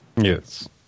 Yes